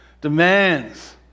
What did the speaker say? demands